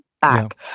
back